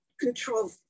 control